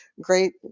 great